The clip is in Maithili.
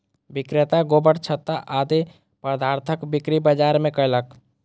विक्रेता गोबरछत्ता आदि पदार्थक बिक्री बाजार मे कयलक